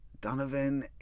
Donovan